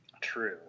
True